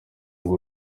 ngo